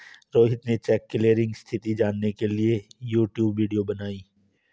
रोहित ने cheque clearing स्थिति जानने के लिए यूट्यूब वीडियो बनाई